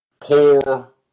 poor